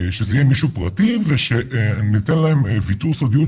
שזה יהיה מישהו פרטי ושניתן להם ויתור סודיות,